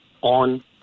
on